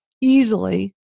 easily